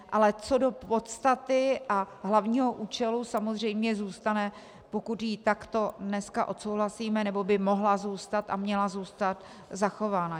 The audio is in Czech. Ale co do podstaty a hlavního účelu samozřejmě zůstane, pokud ji takto dneska odsouhlasíme, nebo by mohla zůstat a měla zůstat zachována.